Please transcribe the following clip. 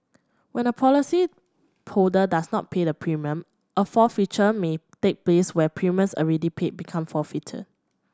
when a policyholder does not pay the premium a forfeiture may take place where premiums already paid become forfeited